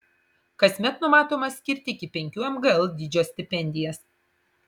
kasmet numatoma skirti iki penkių mgl dydžio stipendijas